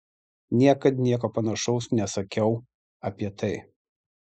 niekad nieko panašaus nesakiau apie tai